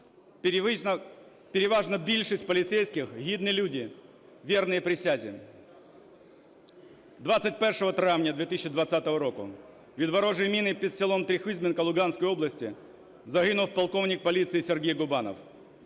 Переважна більшість поліцейських – гідні люди, вірні присязі. 21 травня 2020 року від ворожої міни під селом Трьохізбенка Луганської області загинув полковник поліції Сергій Губанов.